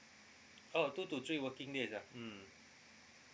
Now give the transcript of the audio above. oh two to three working days ah mm